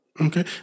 Okay